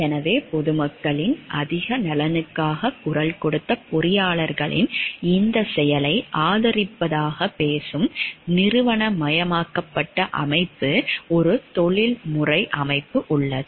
எனவே பொதுமக்களின் அதிக நலனுக்காக குரல் கொடுத்த பொறியாளர்களின் இந்த செயலை ஆதரிப்பதாக பேசும் நிறுவனமயமாக்கப்பட்ட அமைப்பு ஒரு தொழில்முறை அமைப்பு உள்ளது